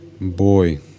boy